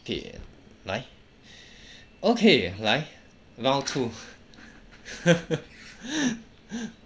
okay 来来 okay 来 round two